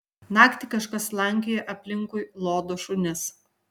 naktį kažkas slankioja aplinkui lodo šunis